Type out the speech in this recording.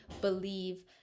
believe